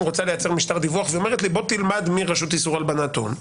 רוצה לייצר משטר דיווח ואומרת לי בוא תלמד מרשות איסור הלבנת הון,